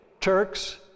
Turks